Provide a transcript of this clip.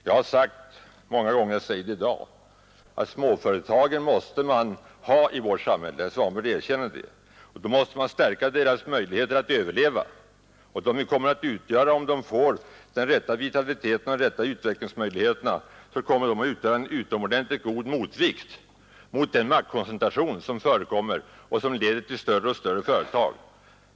Jag har sagt många gånger — och jag säger i dag — att man måste ha småföretag i vårt land, och herr Svanberg erkänner det. Då måste man stärka deras möjligheter att överleva. Om de får den rätta styrkan och de rätta utvecklingsmöjligheterna, kommer de att utgöra en utomordentligt god motvikt till den maktkoncentration som förekommer i näringslivet och som leder till större och större företag.